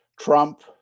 trump